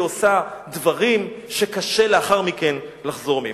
עושה דברים שקשה לאחר מכן לחזור מהם.